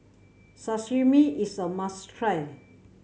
sashimi is a must try